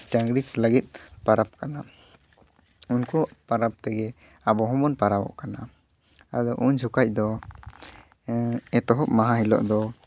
ᱰᱟᱹᱝᱨᱤ ᱠᱚ ᱞᱟᱹᱜᱤᱫ ᱯᱟᱨᱟᱵᱽ ᱠᱟᱱᱟ ᱩᱱᱠᱩ ᱯᱟᱨᱟᱵᱽ ᱛᱮᱜᱮ ᱟᱵᱚ ᱦᱚᱸᱵᱚᱱ ᱯᱟᱨᱟᱵᱚᱜ ᱠᱟᱱᱟ ᱟᱫᱚ ᱩᱱ ᱡᱚᱠᱷᱟᱡ ᱫᱚ ᱮᱛᱚᱦᱚᱵ ᱢᱟᱦᱟ ᱦᱤᱞᱳᱜ ᱫᱚ